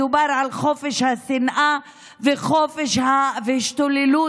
מדובר על חופש השנאה וחופש ההשתוללות,